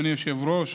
אדוני היושב-ראש,